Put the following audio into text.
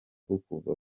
kuva